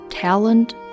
Talent